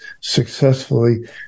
successfully